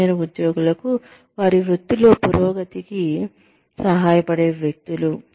junior ఉద్యోగులకు వారి వృత్తిలో పురోగతికి సహాయపడే వ్యక్తులు